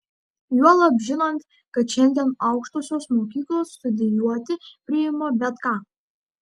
juolab žinant kad šiandien aukštosios mokyklos studijuoti priima bet ką